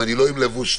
ואני לא עם לבוש סטרילי.